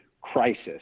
crisis